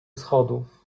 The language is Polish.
schodów